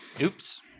Oops